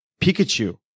Pikachu